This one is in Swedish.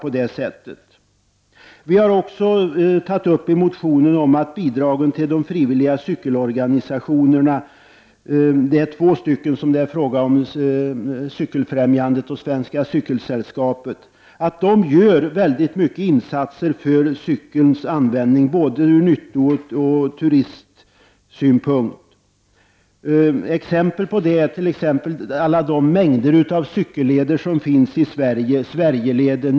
I motionen har vi också tagit upp frågan om bidrag till de frivilliga cykelorganisationerna. Det är två stycken som det är fråga om, Cykelfrämjandet och Svenska cykelsällskapet, som gör mycket stora insatser för cykelanvändning ur både nyttooch turistsynpunkt. Exempel på det är de mängder av cykelleder som finns, bl.a. Sverigeleden.